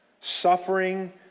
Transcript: Suffering